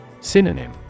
Synonym